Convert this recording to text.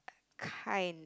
kind